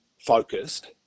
focused